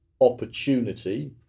opportunity